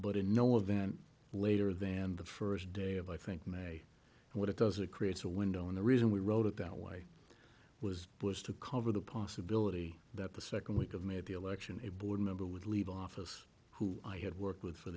in no of them later than the first day of i think may what it does it creates a window and the reason we wrote it that way was pushed to cover the possibility that the second week of may the election a board member would leave office who i had worked with for